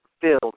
filled